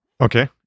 okay